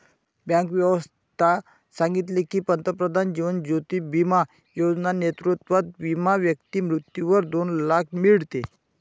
bank व्यवस्था सांगितले की, पंतप्रधान जीवन ज्योती बिमा योजना नेतृत्वात विमा व्यक्ती मृत्यूवर दोन लाख मीडते